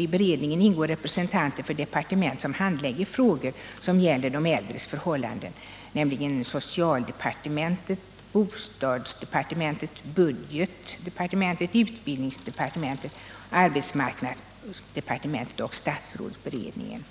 I beredningen ingår representanter för de departement som handlägger frågor beträffande de äldres förhållanden, nämligen för socialdepartementet, bostadsdepartementet, budgetdepartementet, utbildningsdepartementet, arbetsmarknadsdepartementet och statsrådsberedningen.